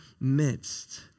midst